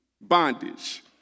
bondage